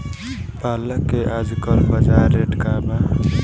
पालक के आजकल बजार रेट का बा?